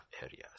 areas